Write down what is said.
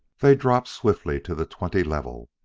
they dropped swiftly to the twenty level,